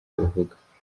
babivuga